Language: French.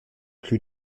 plus